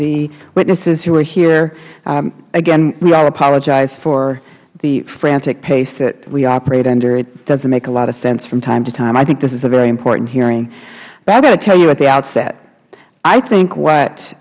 the witnesses who are here again we all apologize for the frantic pace that we operate under it doesn't make a lot of sense from time to time i think this is a very important hearing but i have to tell you at the outset i think what